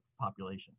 population